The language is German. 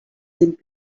sind